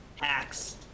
Hacks